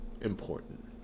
important